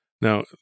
Now